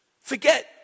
Forget